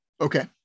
Okay